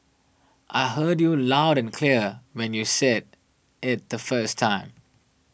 I heard you loud and clear when you said it the first time